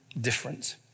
different